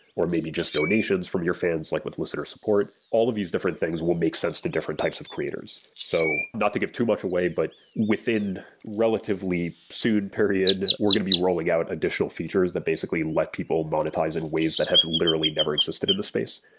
or maybe just donations from your fans, like with listener support, all of these different things will make sense to different types of creators. so not to give too much away, but within relatively soon period, we're going to be rolling out additional features that basically let people monetize in ways that have literally never existed in this space.